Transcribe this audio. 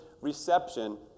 reception